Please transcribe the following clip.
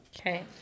Okay